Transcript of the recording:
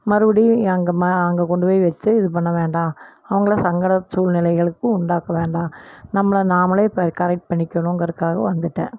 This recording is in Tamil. மறுபடியும் எங்கள் ம அங்கே கொண்டு போய் வைச்சு இது பண்ண வேண்டாம் அவங்களை சங்கட சூழ்நிலைகளுக்கு உண்டாக்க வேண்டாம் நம்மளை நாமளே இப்போ கரெக்ட் பண்ணிகணுங்கிறதுக்காக வந்துவிட்டேன்